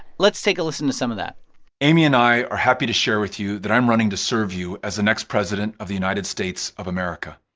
let's take a listen to some of that amy and i are happy to share with you that i'm running to serve you as the next president of the united states of america.